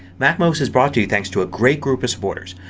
macmost is brought to you thanks to a great group of supporters.